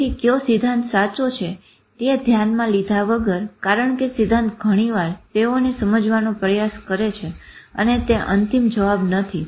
તેથી કયો સિદ્ધાંત સાચો છે તે ધ્યાનમાં લીધા વગર કારણ કે સિદ્ધાંત ઘણીવાર તેઓને સમજવાનો પ્રયાસ કરે છે અને તે અંતિમ જવાબ નથી